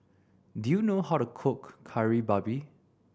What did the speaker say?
do you know how to cook Kari Babi